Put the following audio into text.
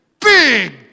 big